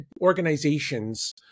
organizations